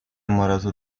amorosa